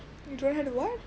you don't have to what